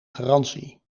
garantie